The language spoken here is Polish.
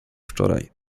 wczoraj